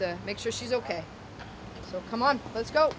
to make sure she's ok so come on let's go